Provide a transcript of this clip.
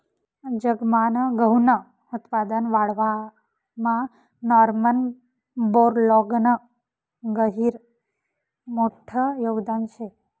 जगमान गहूनं उत्पादन वाढावामा नॉर्मन बोरलॉगनं गहिरं मोठं योगदान शे